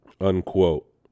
Unquote